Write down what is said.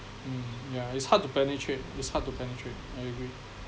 mm yeah it's hard to penetrate it's hard to penetrate I agree